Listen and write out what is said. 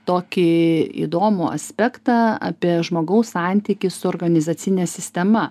tokį įdomų aspektą apie žmogaus santykį su organizacine sistema